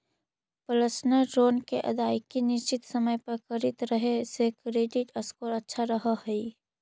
personal loan के अदायगी निश्चित समय पर करित रहे से क्रेडिट स्कोर अच्छा रहऽ हइ